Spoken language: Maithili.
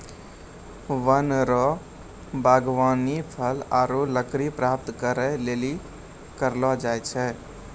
वन रो वागबानी फल आरु लकड़ी प्राप्त करै लेली करलो जाय छै